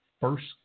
first